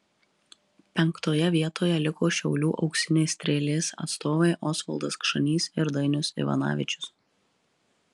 penktoje vietoje liko šiaulių auksinės strėlės atstovai osvaldas kšanys ir dainius ivanavičius